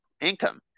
income